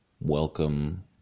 welcome